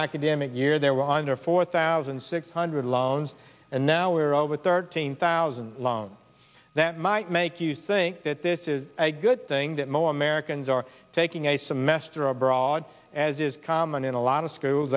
academic year there were under four thousand six hundred loans and now we're over thirteen thousand alone that might make you think that this is a good thing that most americans are taking a semester abroad as is common in a lot of schools